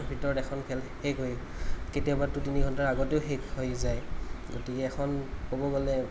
ভিতৰত এখন খেল শেষ হয় কেতিয়াবাতো তিনি ঘন্টাৰ আগতেও শেষ হৈ যায় গতিকে এখন ক'ব গ'লে